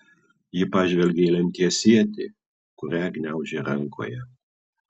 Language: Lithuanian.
ji pažvelgė į lemties ietį kurią gniaužė rankoje